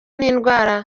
n’indwara